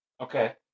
Okay